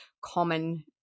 common